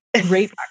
Great